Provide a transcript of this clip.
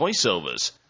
voiceovers